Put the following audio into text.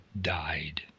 died